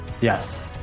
Yes